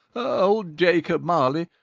old jacob marley,